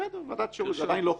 בסדר, ועדת שירות, לא חוק.